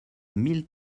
mille